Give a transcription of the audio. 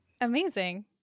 Amazing